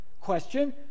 Question